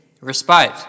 respite